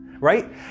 right